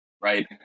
right